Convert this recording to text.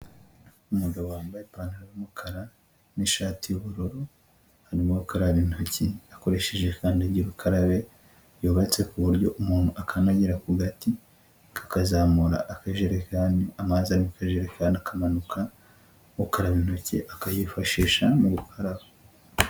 Umugabo wambaye ipantaro y'umukara n'ishati y'ubururu, arimo gukaraba intoki akoresheje kandagir'ukarabe, yubatse ku buryo umuntu akandagera ku gati kakazamura akajerekani, amazi ari mukajerekani akamanuka, ukaraba intoki akayifashisha mu gukaraba.